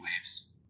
waves